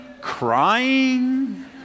crying